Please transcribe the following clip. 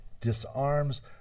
disarms